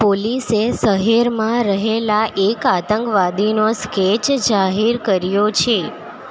પોલીસે શહેરમાં રહેલા એક આતંકવાદીનો સ્કેચ જાહેર કર્યો છે